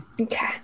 Okay